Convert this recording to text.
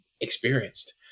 experienced